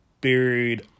Buried